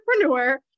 entrepreneur